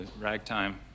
ragtime